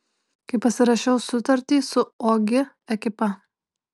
kai pasirašiau sutartį su ogi ekipa